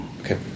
Okay